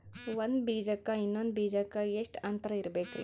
ಒಂದ್ ಬೀಜಕ್ಕ ಇನ್ನೊಂದು ಬೀಜಕ್ಕ ಎಷ್ಟ್ ಅಂತರ ಇರಬೇಕ್ರಿ?